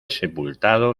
sepultado